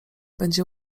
będzie